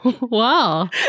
Wow